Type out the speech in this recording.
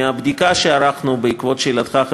מהבדיקה שערכנו בעקבות שאלתך,